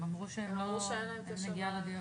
הם אמרו שאין נגיעה לדיון.